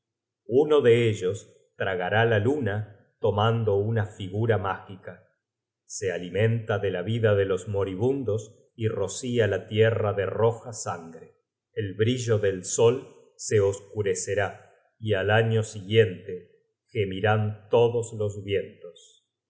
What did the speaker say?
uno de ellos tragará la luna tomando una figura mágica se alimenta de la vida de los moribundos y rocia la tierra de roja sangre el brillo del sol se oscurecerá y al año siguiente gemirán todos los vientos